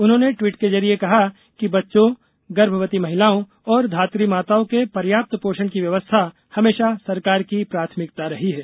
उन्होंने ट्वीट के जरिए कहा कि बच्चों गर्भवती महिलाओं और धात्री माताओं के पर्याप्त पोषण की व्यवस्था हमेशा सरकार की प्राथमिकता रही है